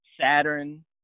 Saturn